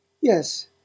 Yes